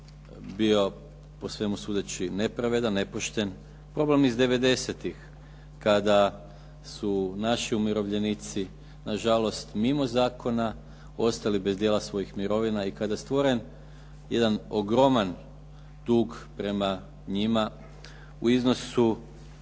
bio po svemu sudeći nepravedan, nepošten. Problem iz '90.-ih kada su naši umirovljenici na žalost mimo zakona, ostali bez dijela svojih mirovina i kada je stvoren jedan ogroman dug prema njima u iznosu